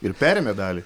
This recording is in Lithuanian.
ir perėmė dalį